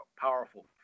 Powerful